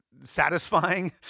satisfying